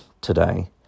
today